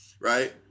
right